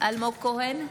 אלמוג כהן,